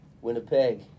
Winnipeg